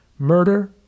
murder